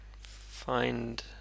Find